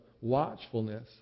watchfulness